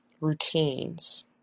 routines